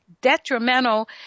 detrimental